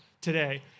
today